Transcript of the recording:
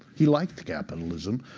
he liked capitalism,